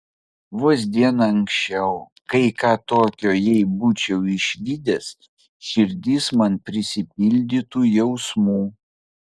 vos diena anksčiau kai ką tokio jei būčiau išvydęs širdis man prisipildytų jausmų